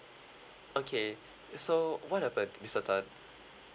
okay so what happened mister tan